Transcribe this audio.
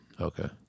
Okay